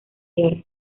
hierro